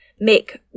make